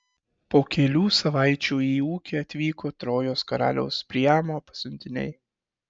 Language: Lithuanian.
po kelių savaičių į ūkį atvyko trojos karaliaus priamo pasiuntiniai